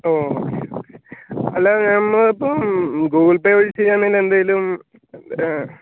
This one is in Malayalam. ഓ ഓക്കേ ഓക്കേ അല്ലേൽ നമ്മൾ ഇപ്പോൾ ഗൂഗ്ൾ പേ വഴി ചെയ്യുകയാണെങ്കിൽ എന്തെങ്കിലും